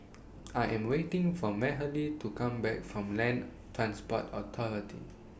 I Am waiting For Mahalie to Come Back from Land Transport Authority